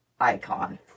icon